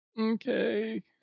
Okay